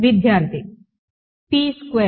విద్యార్థి p square